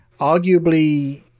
Arguably